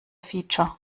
feature